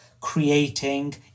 creating